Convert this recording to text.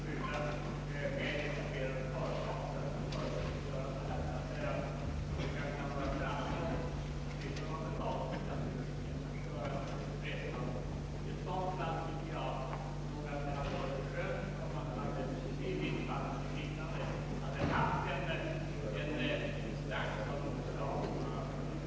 Däremot bör den nämnden upplysningsvägen på ett ganska effektivt sätt kunna ge konsumenten ett råd.